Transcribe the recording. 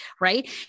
right